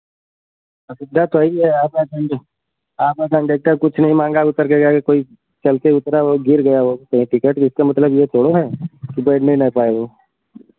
अब इतना तो है ही है आप आपका कंडक्टर कुछ नहीं माँगा उतर गया कोई चल के उतरा हो गिर गया हो कहीं टिकट इसका मतलब ये थोड़ी ना है कि बैठने ना पाए वो